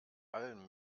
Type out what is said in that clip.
allem